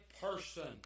person